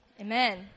Amen